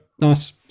nice